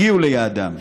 הגיעו ליעדם.